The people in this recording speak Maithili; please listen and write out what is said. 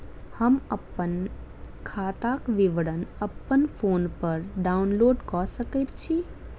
हम अप्पन खाताक विवरण अप्पन फोन पर डाउनलोड कऽ सकैत छी?